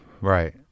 Right